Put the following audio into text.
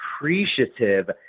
appreciative